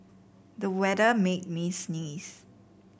the weather made me sneeze